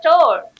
store